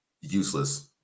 useless